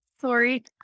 sorry